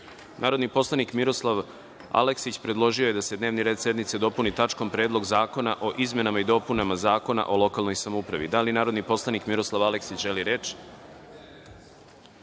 predlog. Narodni poslanik Miroslav Aleksić predložio je da se dnevni red sednice dopuni tačkom – Predlog zakona o izmenama i dopunama Zakona o lokalnoj samoupravi. Da li narodni poslanik Miroslav Aleksić želi reč?